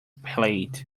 palate